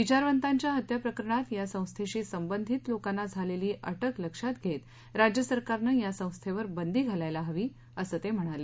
विचारवतांच्या हत्या प्रकरणात या संस्थेशी संबंधित लोकांना झालेली अटक लक्षात घेता राज्य सरकारनं या संस्थेवर बंदी घालायला हवी असं ते म्हणाले